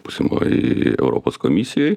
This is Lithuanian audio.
būsimojoj europos komisijoj